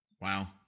Wow